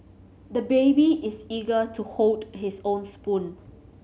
the baby is eager to hold his own spoon